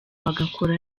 bagakora